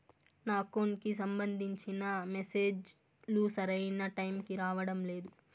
నా అకౌంట్ కి సంబంధించిన మెసేజ్ లు సరైన టైముకి రావడం లేదు